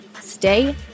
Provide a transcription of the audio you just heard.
stay